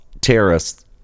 terrorists